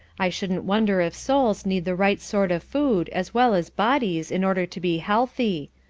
i shouldn't wonder if souls need the right sort of food as well as bodies in order to be healthy.